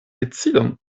decidon